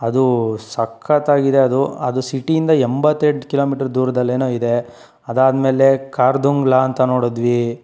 ಅದು ಸಕ್ಕತ್ತಾಗಿದೆ ಅದು ಅದು ಸಿಟಿ ಇಂದ ಎಂಬತ್ತೆಂಟು ಕಿಲೋಮೀಟರ್ ದೂರದಲ್ಲೇನೋ ಇದೆ ಅದಾದ್ಮೇಲೆ ಕಾರ್ದುಂಗ್ಲಾ ಅಂತ ನೋಡಿದ್ವಿ